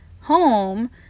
home